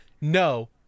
no